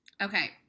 Okay